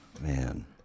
man